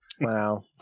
Wow